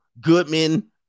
Goodman